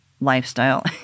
lifestyle